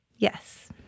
Yes